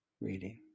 reading